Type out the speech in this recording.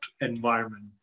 environment